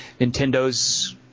nintendo's